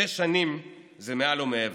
שש שנים זה מעל ומעבר.